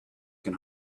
can